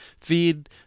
feed